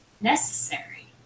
necessary